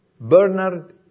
Bernard